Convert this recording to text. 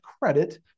credit